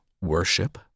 worship